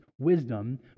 wisdom